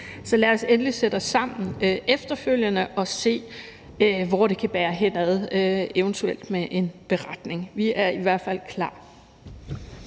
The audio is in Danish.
Så lad os endelig sætte os sammen efterfølgende og se, hvor det kan bære hen, eventuelt med en beretning. Vi er i hvert fald klar.